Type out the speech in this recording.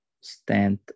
stand